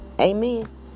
Amen